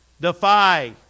Defy